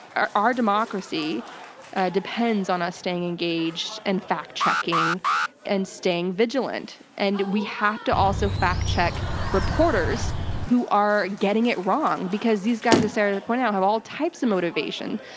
our our democracy depends on us staying engaged and fact checking and staying vigilant. and we have to also fact check reporters who are getting it wrong, because these guys, as sarah pointed out, have all types of motivation.